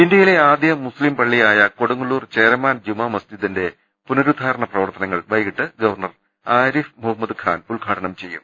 ഇന്ത്യയിലെ ആദ്യ മുസ്തിംപള്ളിയായ കൊടുങ്ങല്ലൂർ ചേരമാൻ ജുമാമസ്ജിദിന്റെ പുനരുദ്ധാരണ പ്രവർത്തനങ്ങൾ വൈകിട്ട് ഗവർണർ ആരിഫ് മുഹമ്മദ് ഖാൻ ഉദ്ഘാടനം ചെയ്യും